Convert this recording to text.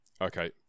Okay